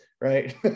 right